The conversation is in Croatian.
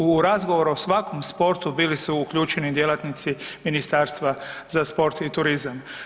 U razgovoru o svakom sportu bili su uključeni djelatnici Ministarstva za sport i turizam.